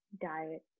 diet